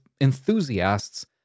enthusiasts